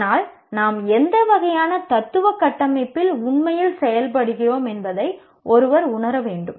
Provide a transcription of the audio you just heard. ஆனால் நாம் எந்த வகையான தத்துவ கட்டமைப்பில் உண்மையில் செயல்படுகிறோம் என்பதை ஒருவர் உணர வேண்டும்